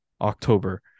October